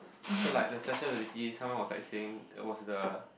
so like the special relativity someone was like saying it was the